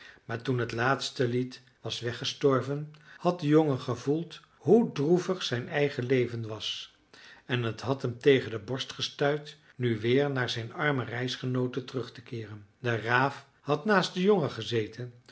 maar toen het laatste lied was weggestorven had de jongen gevoeld hoe droevig zijn eigen leven was en het had hem tegen de borst gestuit nu weer naar zijn arme reisgenooten terug te keeren de raaf had naast den jongen gezeten